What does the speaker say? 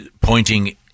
pointing